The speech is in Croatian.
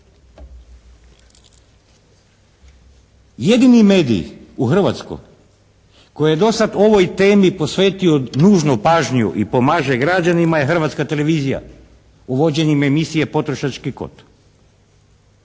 Jedini medij u Hrvatskoj koji je do sad ovoj temi posvetio nužnu pažnju i pomaže građanima je Hrvatska televizija uvođenjem emisije potrošački kod.